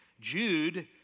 Jude